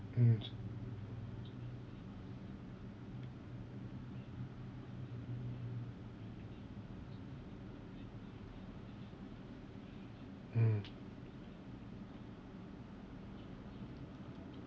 mm mm